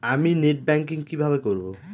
আমি net banking কিভাবে করব?